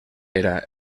era